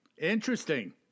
Interesting